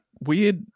weird